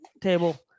table